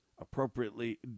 appropriately